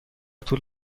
طول